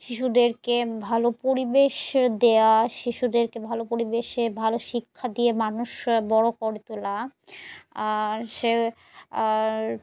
শিশুদেরকে ভালো পরিবেশ দেওয়া শিশুদেরকে ভালো পরিবেশে ভালো শিক্ষা দিয়ে মানুষ বড় করে তোলা আর সে আর